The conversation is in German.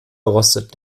rostet